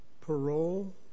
parole